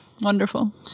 Wonderful